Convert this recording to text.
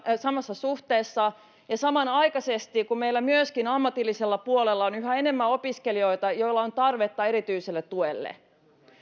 samassa suhteessa ja samanaikaisesti kun meillä myöskin ammatillisella puolella on yhä enemmän opiskelijoita joilla on tarvetta erityiselle tuelle